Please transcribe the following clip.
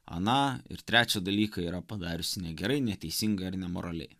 aną ir trečią dalyką yra padariusi negerai neteisingai ar nemoraliai